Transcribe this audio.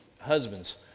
husbands